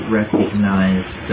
recognize